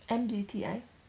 M_B_T_I